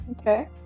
Okay